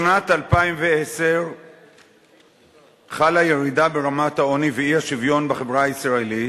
בשנת 2010 חלה ירידה ברמת העוני והאי-שוויון בחברה הישראלית,